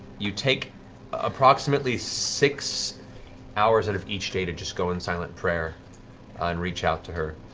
you take approximately six hours out of each day to just go in silent prayer and reach out to her.